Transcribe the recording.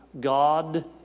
God